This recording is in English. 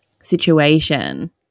situation